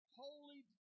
holy